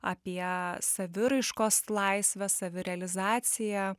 apie saviraiškos laisvę savirealizaciją